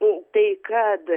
o tai kad